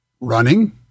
running